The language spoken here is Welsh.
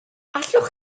allwch